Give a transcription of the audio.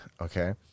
okay